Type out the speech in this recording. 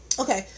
Okay